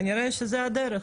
כנראה שזו הדרך.